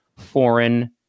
foreign